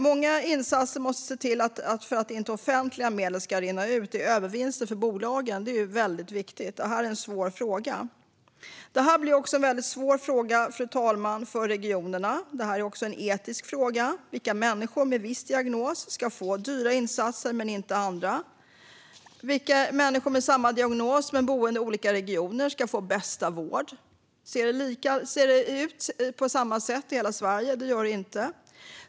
Många insatser måste till för att se till att offentliga medel inte ska rinna ut i övervinster för bolagen. Det är väldigt viktigt. Det är en svår fråga. Fru talman! Det blir också en svår fråga för regionerna. Det är dessutom en etisk fråga. Vilka människor med en viss diagnos ska få ta del av dyra insatser men inte andra? Vilka människor som har samma diagnos men bor i olika regioner ska få den bästa vården? Ser det ut på samma sätt i hela Sverige? Det gör det inte.